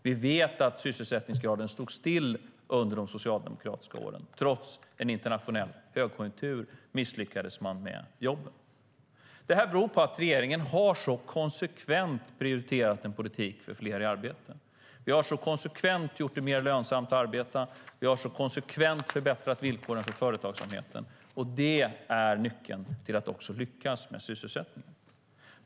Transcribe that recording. Vi vet att sysselsättningsgraden stod still under de socialdemokratiska åren. Trots en internationell högkonjunktur misslyckades man med jobben. Detta beror på att regeringen så konsekvent har prioriterat en politik för fler i arbete. Vi har så konsekvent gjort det mer lönsamt att arbeta, och vi har så konsekvent förbättrat villkoren för företagsamheten. Det är nyckeln till att också lyckas med sysselsättningen.